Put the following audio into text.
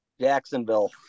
Jacksonville